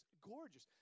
gorgeous